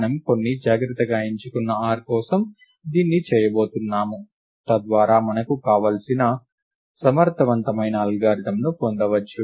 మనము కొన్ని జాగ్రత్తగా ఎంచుకున్న r కోసం దీన్ని చేయబోతున్నాము తద్వారా మనకు కావలసిన సమర్థవంతమైన అల్గారిథమ్ను పొందవచ్చు